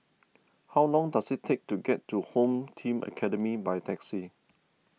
how long does it take to get to Home Team Academy by taxi